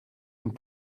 and